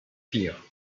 vier